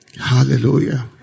hallelujah